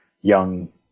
young